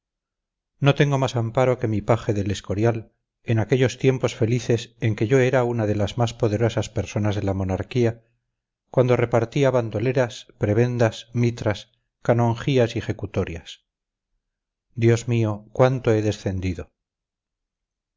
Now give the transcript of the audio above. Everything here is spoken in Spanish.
no tengo más amparo que mi paje del escorial en aquellos tiempos felices en que yo era una de las más poderosas personas de la monarquía cuando repartía bandoleras prebendas mitras canonjías y ejecutorias dios mío cuánto he descendido